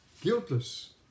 Guiltless